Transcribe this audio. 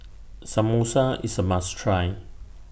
Samosa IS A must Try